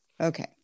Okay